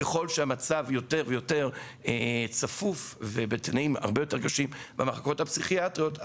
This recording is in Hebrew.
ככל שהמצב יותר צפוף והתנאים יותר קשים במחלקות הפסיכיאטריות,